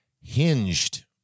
hinged